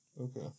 Okay